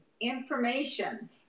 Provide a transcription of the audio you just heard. information